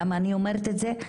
למה אני אומרת את זה?